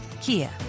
Kia